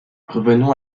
revenons